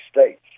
States